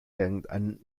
irgendeinen